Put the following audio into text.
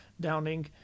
Downing